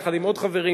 יחד עם עוד חברים.